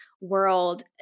world